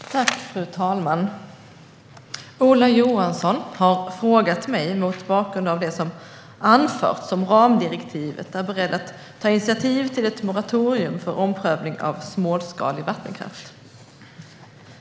Svar på interpellation Fru talman! Ola Johansson har frågat mig om jag mot bakgrund av det som anförts om ramdirektivet är beredd att ta initiativ till ett moratorium för omprövningar av småskalig vattenkraft.